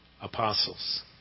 apostles